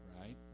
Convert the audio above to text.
right